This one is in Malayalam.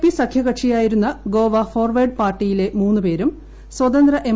പി സഖ്യകക്ഷിയായിരുന്ന ഗോവാ ഫോർവേർഡ് പാർട്ടിയിലെ മൂന്ന് പേരും സ്വാതന്ത്ര എം